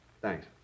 thanks